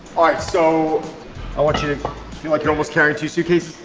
all right so i want you to feel like you're almost carrying two suitcases.